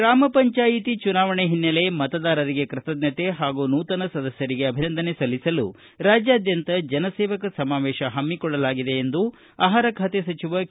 ಗ್ರಾಮ ಪಂಚಾಯಿತಿ ಚುನಾವಣೆ ಹಿನ್ನೆಲೆ ಮತದಾರರಿಗೆ ಕೃತಜ್ಞತೆ ಹಾಗೂ ನೂತನ ಸದಸ್ಕರಿಗೆ ಅಭಿನಂದನೆ ಸಲ್ಲಿಸಲು ರಾಜ್ಯಾದ್ಯಂತ ಜನಸೇವಕ ಸಮಾವೇಶ ಹಮ್ಮಿಕೊಳ್ಳಲಾಗಿದೆ ಎಂದು ಆಹಾರ ಖಾತೆ ಸಚಿವ ಕೆ